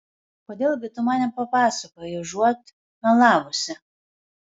kodėl gi tu man nepapasakoji užuot melavusi